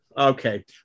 Okay